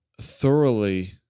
thoroughly